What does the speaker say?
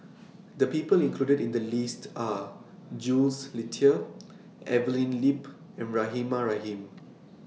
The People included in The list Are Jules Itier Evelyn Lip and Rahimah Rahim